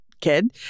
kid